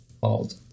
called